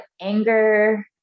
anger